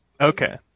Okay